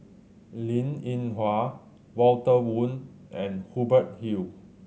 Linn In Hua Walter Woon and Hubert Hill